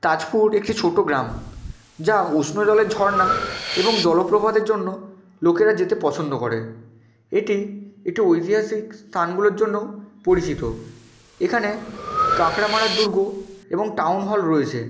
তাজপুর একটি ছোটো গ্রাম যা উষ্ণ জলের ঝর্ণা এবং জলপ্রপাতের জন্য লোকেরা যেতে পছন্দ করে এটি একটি ঐতিহাসিক স্থানগুলোর জন্যও পরিচিত এখানে কাঁকড়া মারার দুর্গ এবং টাউন হল রয়েছে